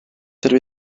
dydw